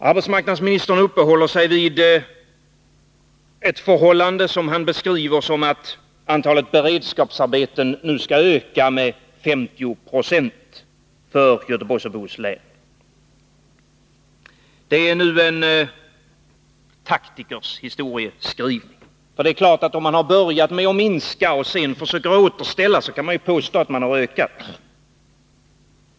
Arbetsmarknadsministern uppehåller sig vid ett förhållande som han beskriver som att antalet beredskapsarbeten nu skall öka med 50 96 för Göteborgs och Bohus län. Det är nu en taktikers historieskrivning, ty det är klart att om man har börjat med att minska och sedan försöker återställa kan man ju påstå att man har ökat.